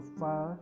far